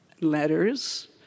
letters